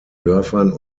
dörfern